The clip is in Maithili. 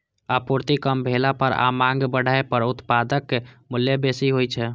आपूर्ति कम भेला पर आ मांग बढ़ै पर उत्पादक मूल्य बेसी होइ छै